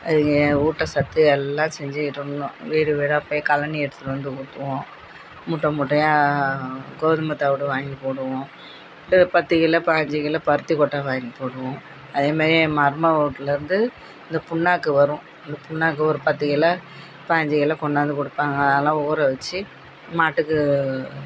அதுங்க ஊட்டச்சத்து எல்லா செஞ்சுக்கிட்டு இருந்தோம் வீடு வீடாக போய் கழனி எடுத்துகிட்டு வந்து ஊற்றுவோம் மூட்டை மூட்டையாக கோதுமை தவிடு வாங்கி போடுவோம் ஒரு ஒரு பத்து கிலோ பயஞ்சு கிலோ பருத்திக் கொட்டை வாங்கி போடுவோம் அதேமாதிரி என் மருமகள் வீட்லேருந்து இந்த புண்ணாக்கு வரும் இந்த புண்ணாக்கு ஒரு பத்து கிலோ பயஞ்சி கிலோ கொண்டாந்து கொடுப்பாங்க அதெலாம் ஊற வச்சு மாட்டுக்கு